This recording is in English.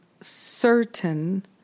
certain